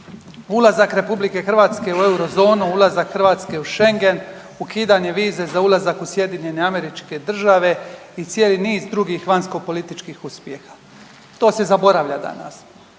Ulazak RH u eurozonu, ulazak u Hrvatske u Schengen, ukidanje vize za ulazak u SAD i cijeli niz drugih vanjskopolitičkih uspjeha. To se zaboravlja danas.